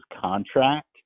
contract